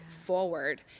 forward